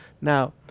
Now